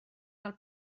del